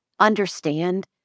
understand